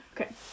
Okay